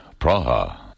Praha